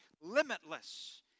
limitless